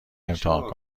امتحان